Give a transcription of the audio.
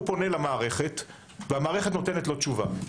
הוא פונה למערכת והמערכת נותנת לו תשובה.